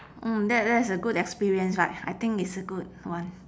mm that that's a good experience right I think it's a good one